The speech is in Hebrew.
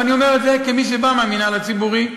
ואני אומר את זה כמי שבא מהמינהל הציבורי,